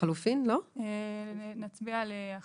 לכן הסכום של 7,000 זה סכום שאנחנו מעלים למה שאנחנו יכולים.